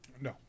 No